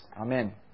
Amen